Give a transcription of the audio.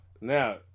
now